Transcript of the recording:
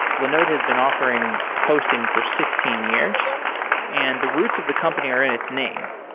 linode has been offering hosting for sixteen years and the roots of the company are in its name.